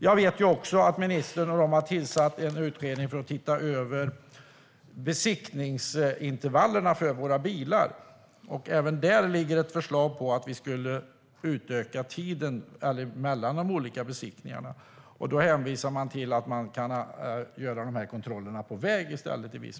Jag vet att ministern också har tillsatt en utredning för att se över besiktningsintervallen för våra bilar. Även där finns ett förslag på att vi ska utöka tiden mellan de olika besiktningarna. Man hänvisar till att kontrollerna i viss mån kan göras på väg i stället.